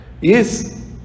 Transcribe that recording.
yes